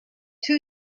two